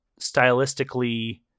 stylistically